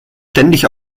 ständig